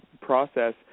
process